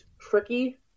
tricky